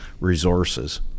resources